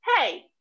Hey